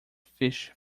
fish